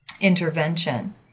intervention